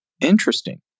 Interesting